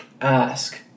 ask